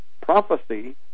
prophecy